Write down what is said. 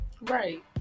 Right